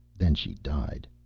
then she died.